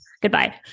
Goodbye